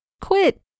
Quit